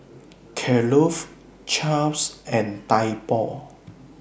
Kellogg's Chaps and Typo